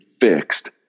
fixed